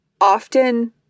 often